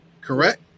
correct